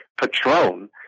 Patron